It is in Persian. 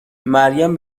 مریم